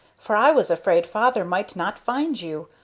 for i was afraid father might not find you,